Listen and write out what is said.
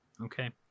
Okay